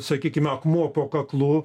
sakykime akmuo po kaklu